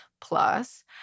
plus